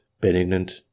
benignant